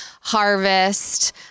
harvest